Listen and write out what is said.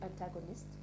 antagonist